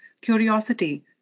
curiosity